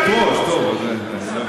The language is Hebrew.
אתה לא היית צריך אותם, את ארבעתם.